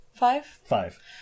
Five